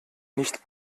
nicht